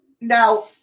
Now